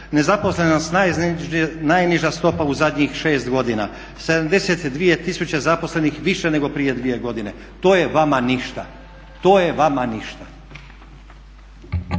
nezaposlenost najniža stopa u zadnjih 6 godina, 72 tisuće zaposlenih više nego prije 2 godine. To je vama ništa?! **Zgrebec,